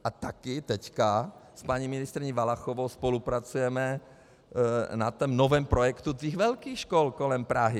A také teď s paní ministryní Valachovou spolupracujeme na novém projektu velkých škol kolem Prahy.